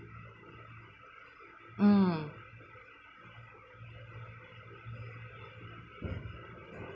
mm